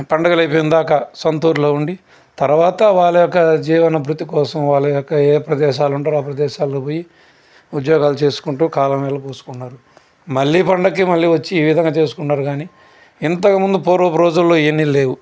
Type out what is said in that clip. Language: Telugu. పండగలవి పోయినదాక సొంతూరులో ఉండి తర్వాత వాళ్ళ యొక్క జీవనబ్రుతి కోసం వాళ్ళ యొక్క ఏ ప్రదేశాలలో ఉంటారో ఆ ప్రదేశాలకు పోయి ఉద్యోగాలు చేసుకుంటూ కాలం వెళ్ళ బోసుకుంటున్నారు మళ్ళీ పండక్కి మళ్ళీ వచ్చి ఈ విధంగా చేసుకుంటారు గాని ఇంతకు ముందు పూర్వపు రోజుల్లో ఇవన్ని లేవు